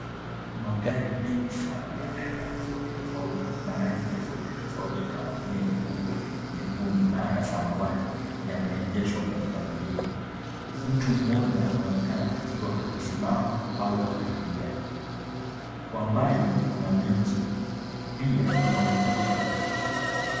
Magari mengi sana ya aina tofauti tofauti na rangi tofauti tofauti kama vile nyeupe, nyekundu na hata samawati yameegeshwa kwa mpangilio. Mtu mmoja anaonekana akiwa amesimama au anatembea. Kwa mbali kuna miti, pia kuna ukuta.